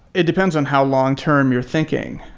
it depends on how long-term your thinking.